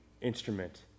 instrument